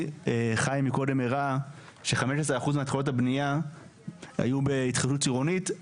חיים מקודם הראה ש-15% מהתחלות הבנייה היו בהתחדשות עירונית.